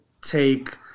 take